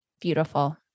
Beautiful